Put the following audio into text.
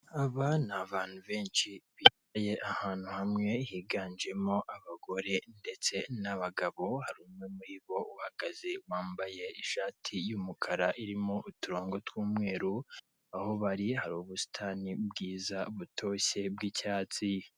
Aba ni abantu benshi bicaye ahantu hamwe higanjemo abagore ndetse n'abagabo, hari umwe muri bo uhagaze wambaye ishati y'umukara irimo uturongo tw'umweru, aho bari hari ubusitani bwiza butoshye bw'icyatsi.